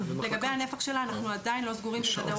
לגבי הנפח שלה אנחנו עדיין לא סגורים בוודאות.